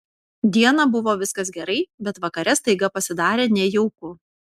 dieną buvo viskas gerai bet vakare staiga pasidarė nejauku